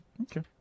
Okay